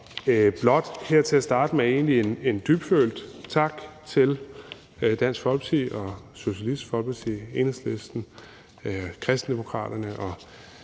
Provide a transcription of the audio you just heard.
egentlig blot sige et dybfølt tak til Dansk Folkeparti, Socialistisk Folkeparti, Enhedslisten og Kristendemokraterne.